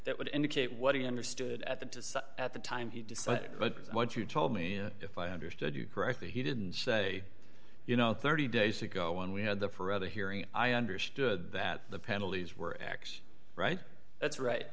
that would indicate what he understood at the at the time he decided but what you told me if i understood you correctly he didn't say you know thirty days ago when we had the forever hearing i understood that the penalties were x right that's right